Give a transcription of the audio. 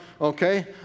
okay